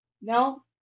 no